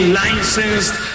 licensed